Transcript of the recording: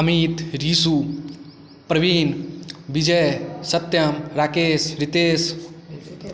Amit Rishu Praveen Bijay Satyam Rakesh Ritesh